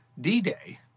D-Day